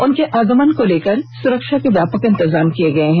उनके ऑगमन को लेकर सुरक्षा के व्यापक इंतजाम किए गए हैं